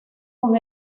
con